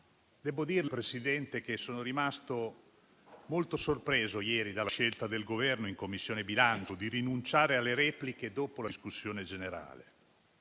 signor Presidente, di essere rimasto molto sorpreso ieri dalla scelta del Governo in Commissione bilancio di rinunciare alle repliche dopo la discussione generale.